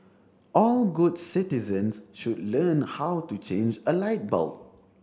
all good citizens should learn how to change a light bulb